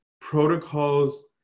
protocols